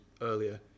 earlier